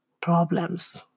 problems